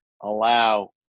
allow